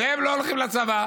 והם לא הולכים לצבא.